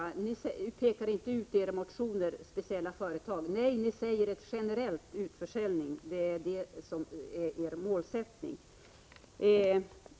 Herr talman! Bara till Per Westerberg: Ni pekar inte ut några speciella företag i era motioner, nej, ni talar generellt om utförsäljning — det är er målsättning.